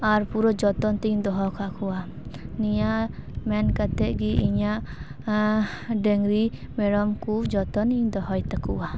ᱟᱨ ᱯᱩᱨᱟᱹ ᱡᱚᱛᱚᱱ ᱛᱤᱧ ᱫᱚᱦᱚ ᱠᱟᱠᱚᱣᱟ ᱱᱤᱭᱟᱹ ᱢᱮᱱ ᱠᱟᱛᱮᱫ ᱜᱮ ᱤᱧᱟᱹᱜ ᱰᱟᱝᱨᱤ ᱢᱮᱨᱚᱢ ᱠᱚ ᱡᱚᱛᱚᱱᱤᱧ ᱫᱚᱦᱚᱭ ᱛᱟᱠᱚᱣᱟ